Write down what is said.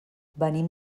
venim